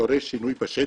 דורש שינוי בשטח,